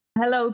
Hello